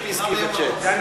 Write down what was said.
Give peace a chance.